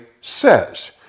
says